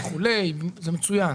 זה מצוין.